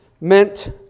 meant